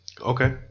Okay